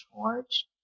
charge